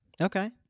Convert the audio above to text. Okay